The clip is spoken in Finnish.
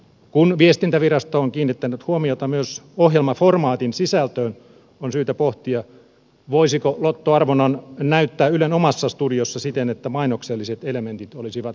kun viestintävirasto on kiinnittänyt huomiota myös ohjelmaformaatin sisältöön on syytä pohtia voisiko lottoarvonnan näyttää ylen omassa studiossa siten että mainokselliset elementit olisivat minimissään